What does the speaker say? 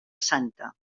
santa